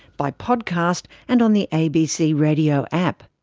by podcast and on the abc radio app.